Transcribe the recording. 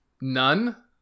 none